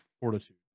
fortitude